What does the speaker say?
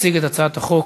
יציג את הצעת החוק